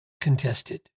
contested